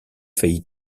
faillit